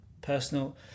personal